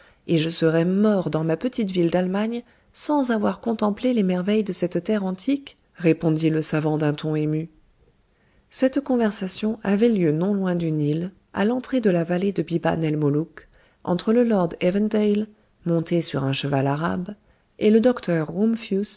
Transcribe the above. et je serais mort dans ma petite ville d'allemagne sans avoir contemplé les merveilles de cette terre antique répondit le savant d'un ton ému cette conversation avait lieu non loin du nil à l'entrée de la vallée de biban el molouk entre le lord evandale monté sur un cheval arabe et le docteur